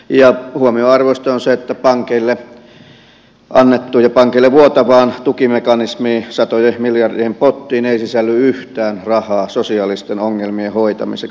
ja huomionarvoista on se että pankeille annettuun ja pankeille vuotavaan tukimekanismiin satojen miljardien pottiin ei sisälly yhtään rahaa sosiaalisten ongelmien hoitamiseksi